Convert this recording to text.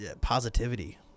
positivity